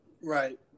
Right